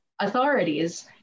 authorities